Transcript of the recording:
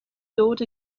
dod